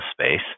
space